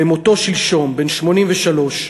במותו שלשום, בן 83,